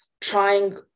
trying